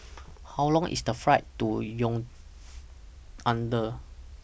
How Long IS The Flight to Yaounde